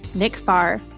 nick farr,